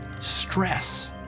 stress